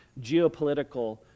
geopolitical